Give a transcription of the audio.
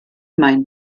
mein